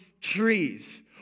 trees